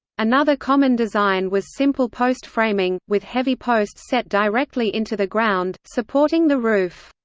another common design was simple post framing, with heavy posts set directly into the ground, supporting the roof.